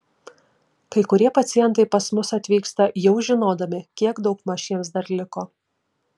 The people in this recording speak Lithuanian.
kai kurie pacientai pas mus atvyksta jau žinodami kiek daugmaž jiems dar liko